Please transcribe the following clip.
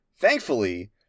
thankfully